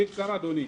בקצרה, אדוני.